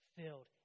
Filled